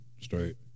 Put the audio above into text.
Straight